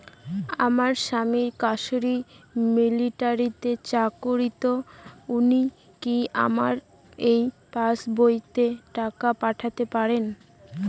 আমার স্বামী কাশ্মীরে মিলিটারিতে চাকুরিরত উনি কি আমার এই পাসবইতে টাকা পাঠাতে পারবেন?